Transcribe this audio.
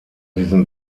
diesen